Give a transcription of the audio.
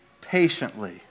patiently